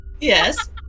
Yes